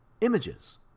images